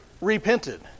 repented